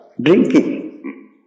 drinking